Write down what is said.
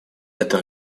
это